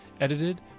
Edited